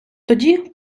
тоді